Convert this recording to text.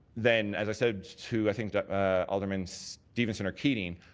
then as i said to i think alderman stevenson or keating,